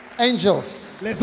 Angels